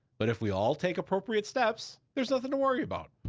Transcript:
but if we all take appropriate steps, there's nothing to worry about.